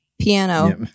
piano